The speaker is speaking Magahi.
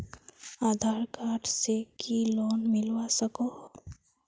आधार कार्ड से की लोन मिलवा सकोहो?